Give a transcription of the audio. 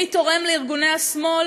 מי תורם לארגוני השמאל?